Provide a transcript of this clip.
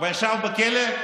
וישב בכלא?